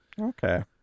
Okay